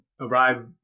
arrive